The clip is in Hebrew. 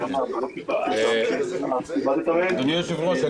אדוני היושב-ראש,